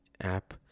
app